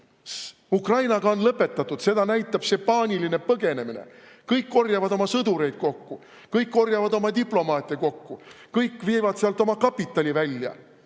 Ukrainaga on lõpetatud, seda näitab see paaniline põgenemine. Kõik korjavad oma sõdureid kokku, kõik korjavad oma diplomaate kokku, kõik viivad sealt oma kapitali välja.